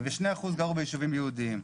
ו-2% גרו בישובים יהודיים.